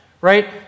right